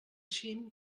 siguin